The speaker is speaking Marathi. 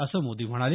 असं मोदी म्हणाले